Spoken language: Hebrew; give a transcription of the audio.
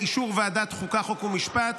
לוועדת העבודה והרווחה נתקבלה.